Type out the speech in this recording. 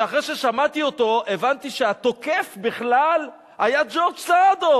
ואחרי ששמעתי אותו הבנתי שהתוקף בכלל היה ג'ורג' סעדו.